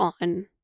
on